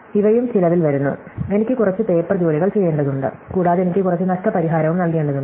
ഇവയും ചിലവിൽ വരുന്നു എനിക്ക് കുറച്ച് പേപ്പർ ജോലികൾ ചെയ്യേണ്ടതുണ്ട് കൂടാതെ എനിക്ക് കുറച്ച് നഷ്ടപരിഹാരവും നൽകേണ്ടതുണ്ട്